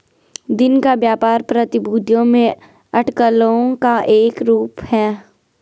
दिन का व्यापार प्रतिभूतियों में अटकलों का एक रूप है